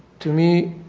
to me,